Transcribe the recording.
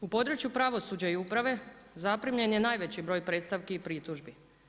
U području pravosuđa i uprave zaprimljen je najveći broj predstavki i pritužbi.